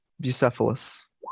Bucephalus